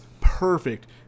perfect